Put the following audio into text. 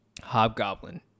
Hobgoblin